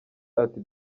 ati